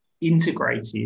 integrated